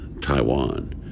Taiwan